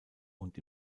und